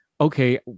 Okay